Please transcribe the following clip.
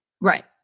Right